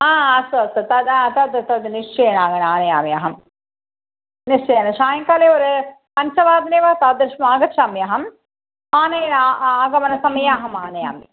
हा अस्तु अस्तु तदा तत् तद् निश्चयेन आन आनयामि अहं निश्चयेन सायङ्काले पञ्चवादने वा तादृशम् आगच्छाम्यहम् आने आगमन समये अहम् आनयामि